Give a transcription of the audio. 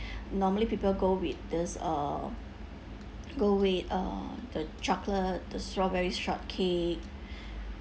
normally people go with this uh go with uh the chocolate the strawberry shortcake